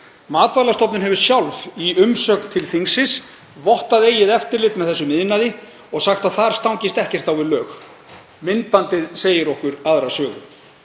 Matvælastofnun hefur sjálf í umsögn til þingsins vottað eigið eftirlit með þessum iðnaði og sagt að þar stangist ekkert á við lög. Myndbandið segir okkur aðra sögu.